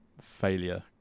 failure